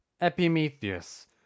Epimetheus